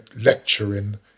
lecturing